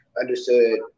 understood